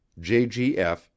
JGF